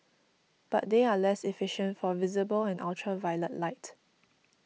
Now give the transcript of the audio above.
but they are less efficient for visible and ultraviolet light